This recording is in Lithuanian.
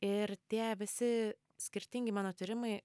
ir tie visi skirtingi mano tyrimai